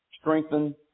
strengthen